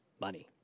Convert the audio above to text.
money